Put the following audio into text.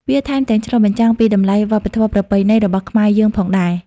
វាថែមទាំងឆ្លុះបញ្ចាំងពីតម្លៃវប្បធម៌ប្រពៃណីរបស់ខ្មែរយើងផងដែរ។